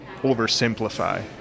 oversimplify